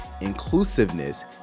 inclusiveness